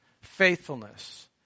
faithfulness